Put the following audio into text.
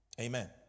Amen